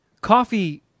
coffee